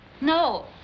No